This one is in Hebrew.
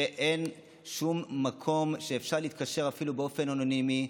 שאין שום מקום שאפשר להתקשר אליו אפילו באופן אנונימי,